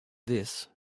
this